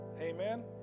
Amen